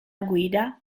guida